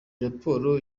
raporo